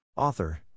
Author